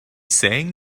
saying